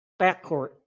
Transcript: backcourt